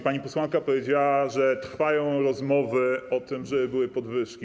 Pani posłanka powiedziała, że trwają rozmowy o tym, żeby były podwyżki.